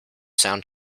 sound